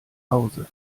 hause